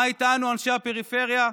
מה איתנו, אנשי הפריפריה?